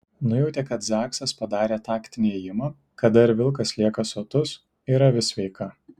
nujautė kad zaksas padarė taktinį ėjimą kada ir vilkas lieka sotus ir avis sveika